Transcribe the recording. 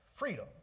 Freedom